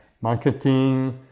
marketing